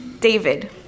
David